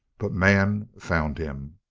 but man found him.